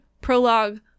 prologue